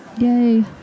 Yay